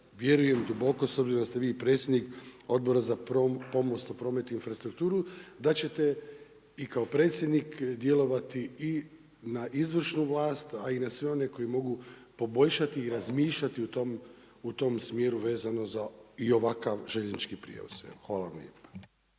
vjerujem duboko s obzirom da ste vi predsjednik Odbora za pomorstvo, prometi i infrastrukturu da ćete i kao predsjednik djelovati na izvršnu vlast, a i na sve one koji mogu poboljšati i razmišljati u tom smjeru vezano za i ovakav željeznički prijevoz.